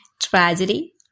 tragedy